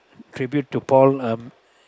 tribute to Paul um